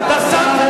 אתה שר של,